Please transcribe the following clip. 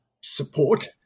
support